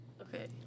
Okay